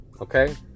Okay